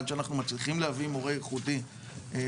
עד שאנחנו מצליחים להביא מורה ייחודי ללמד